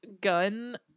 gun